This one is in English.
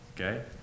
Okay